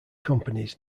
companies